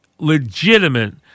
Legitimate